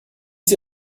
sie